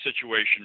situation